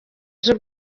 z’u